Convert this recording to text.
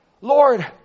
Lord